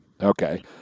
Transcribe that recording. okay